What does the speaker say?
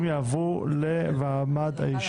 הצעות החוק יועברו לוועדה לקידום מעמד האישה.